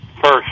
first